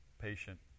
patient